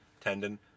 tendon